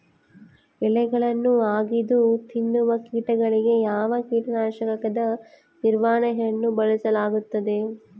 ಎಲೆಗಳನ್ನು ಅಗಿದು ತಿನ್ನುವ ಕೇಟಗಳಿಗೆ ಯಾವ ಕೇಟನಾಶಕದ ನಿರ್ವಹಣೆಯನ್ನು ಬಳಸಲಾಗುತ್ತದೆ?